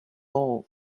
more